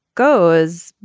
goes,